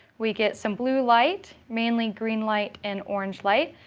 we get some blue light, mainly green light, and orange light.